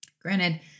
granted